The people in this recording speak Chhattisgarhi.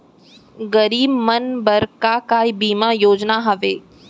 गरीब मन बर का का बीमा योजना हावे?